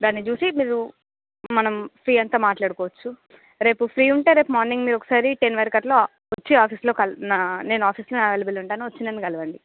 దాన్ని చూసి మీరు మనం ఫి అంత మాట్లాడుకోవచ్చు రేపు ఫ్రీ ఉంటే రేపు మార్నింగ్ ఒకసారి టెన్ వరకు అట్లా వచ్చి ఆఫీసులో నేను ఆఫీసులో అవైలబుల్లో ఉంటాను వచ్చి నన్ను కలవండి